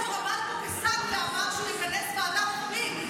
אבל יואב בן צור עמד פה כשר ואמר שהוא יכנס ועדה רוחבית.